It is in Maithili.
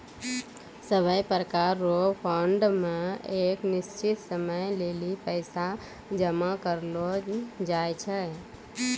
सभै प्रकार रो फंड मे एक निश्चित समय लेली पैसा जमा करलो जाय छै